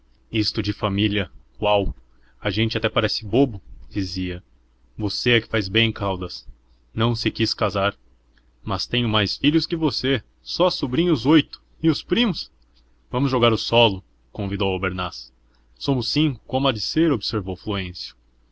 isto de família qual a gente até parece bobo dizia você é que fez bem caldas não se quis casar mas tenho mais filhos que você só sobrinhos oito e os primos vamos jogar o solo convidou albernaz somos cinco como há de ser observou